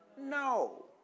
No